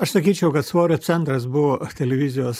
aš sakyčiau kad svorio centras buvo televizijos